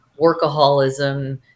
workaholism